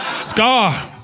Scar